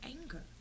anger